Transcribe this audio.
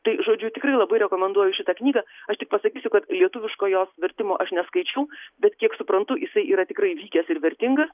tai žodžiu tikrai labai rekomenduoju šitą knygą aš tik pasakysiu kad lietuviškojo vertimo aš neskaičiau bet kiek suprantu jisai yra tikrai vykęs ir vertingas